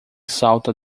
salta